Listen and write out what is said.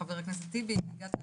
חבר הכנסת טיבי, הגעת לברך.